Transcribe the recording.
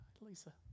Lisa